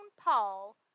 Paul